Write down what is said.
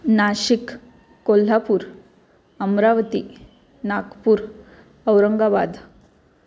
Nashik Kolhapur Amravati Nagpur Aurangabad